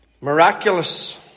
Miraculous